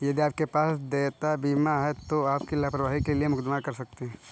यदि आपके पास देयता बीमा है तो आप लापरवाही के लिए मुकदमा कर सकते हैं